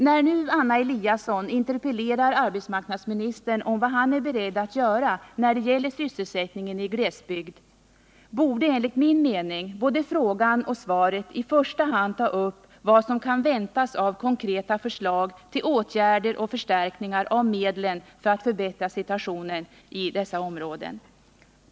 När nu Anna Eliasson interpellerar arbetsmarknadsministern om vad han är beredd att göra då det gäller sysselsättningen i glesbygd, borde enligt min mening både frågan och svaret i första hand ta upp vad som kan väntas av konkreta förslag till åtgärder och förstärkningar av medlen för att förbättra situationen i dessa områden.